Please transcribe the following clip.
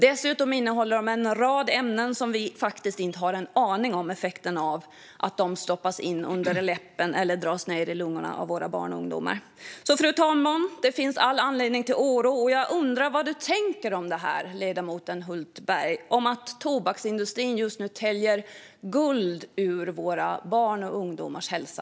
Dessutom innehåller de en rad ämnen vars effekter vi faktiskt inte har en aning om - vad händer när de stoppas in under läppen eller dras ned i lungorna av våra barn och ungdomar? Fru talman! Det finns all anledning till oro. Jag undrar vad ledamoten Hultberg tänker om att tobaksindustrin just nu täljer guld ur våra barns och ungdomars hälsa.